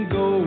go